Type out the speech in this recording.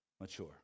mature